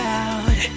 out